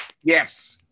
Yes